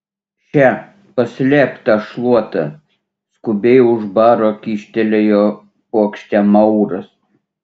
še paslėpk tą šluotą skubiai už baro kyštelėjo puokštę mauras